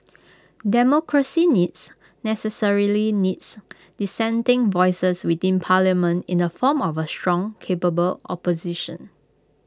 democracy needs necessarily needs dissenting voices within parliament in the form of A strong capable opposition